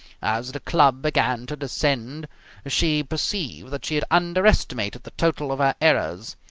as the club began to descend she perceived that she had underestimated the total of her errors.